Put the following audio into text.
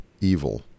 evil